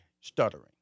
stuttering